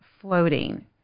floating